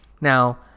Now